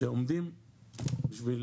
שעומדים בשביל